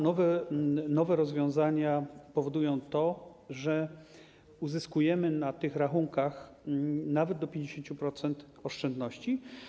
Nowe rozwiązania powodują to, że uzyskujemy na tych rachunkach nawet do 50% oszczędności.